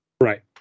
right